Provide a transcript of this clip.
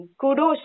kudos